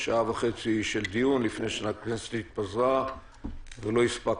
שעה וחצי של דיון לפני שהכנסת התפזרה ולא הספקנו.